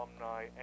alumni